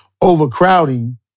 overcrowding